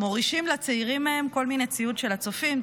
מורישים לצעירים מהם כל מיני ציוד של הצופים,